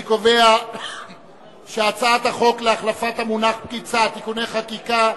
אני קובע שהחוק להחלפת המונח פקיד סעד (תיקוני חקיקה),